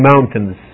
mountains